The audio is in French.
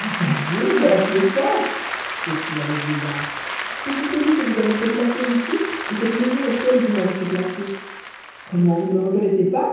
ah pardieu voilà qui est fort s'écria le vieillard je suis celui que vous avez fait placer ici et cette maison est celle où vous m'avez fait placer comment vous ne me reconnaissez pas